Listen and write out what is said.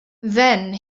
then